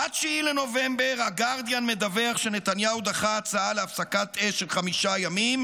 ב-9 בנובמבר הגרדיאן מדווח שנתניהו דחה הצעה להפסקת אש של חמישה ימים,